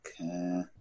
Okay